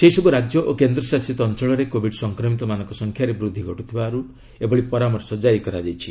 ସେହିସବୁ ରାଜ୍ୟ ଓ କେନ୍ଦ୍ରଶାସିତ ଅଞ୍ଚଳରେ କୋବିଡ଼ ସଂକ୍ରମିତମାନଙ୍କ ସଂଖ୍ୟାରେ ବୃଦ୍ଧି ଘଟୁଥିବାରୁ ଏଭଳି ପରାମର୍ଶ ଜାରି କରାଯାଇଛି